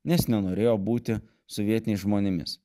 nes nenorėjo būti sovietiniais žmonėmis